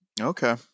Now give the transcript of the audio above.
Okay